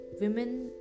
women